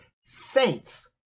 saints